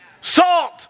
Salt